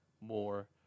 more